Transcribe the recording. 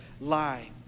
lie